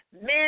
Men